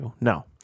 No